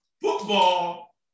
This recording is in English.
Football